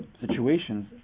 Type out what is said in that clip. situations